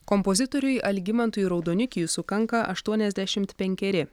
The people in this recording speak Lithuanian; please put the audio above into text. kompozitoriui algimantui raudonikiui sukanka aštuoniasdešim penkeri